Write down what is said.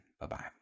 Bye-bye